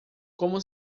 como